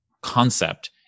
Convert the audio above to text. concept